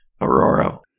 Aurora